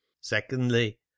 secondly